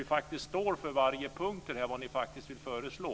Vi står för varje punkt vi redovisar av det ni vill föreslå.